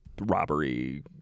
robbery